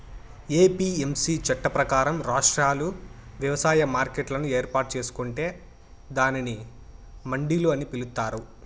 APMC చట్టం ప్రకారం, రాష్ట్రాలు వ్యవసాయ మార్కెట్లను ఏర్పాటు చేసుకొంటే దానిని మండిలు అని పిలుత్తారు